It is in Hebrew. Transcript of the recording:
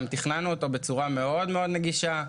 תכננו אותו גם בצורה נגישה מאוד,